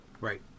Right